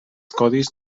codis